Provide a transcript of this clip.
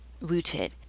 rooted